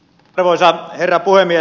arvoisa herra puhemies